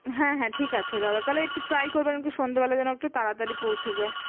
হ্যাঁ হ্যাঁ ঠিক আছে দাদা তাহলে একটু ট্রাই করবেন একটু সন্ধেবেলা যেন একটু তাড়াতাড়ি পৌঁছে যায়